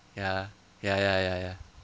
ya ya ya ya ya